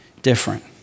different